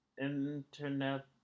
internet